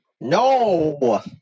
no